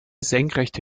senkrechte